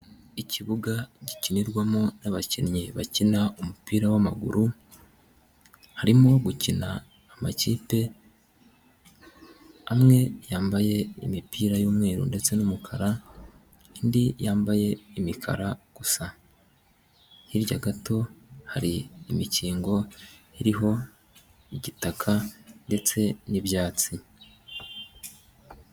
Ikibuga gikinirwamo n'abakinnyi bakina umupira w'amaguru, harimo gukina amakipe amwe yambaye imipira y'umweru ndetse n'umukara, indi yambaye imikara gusa. Hirya gato hari imikingo iriho igitaka ndetse n'ibyatsi.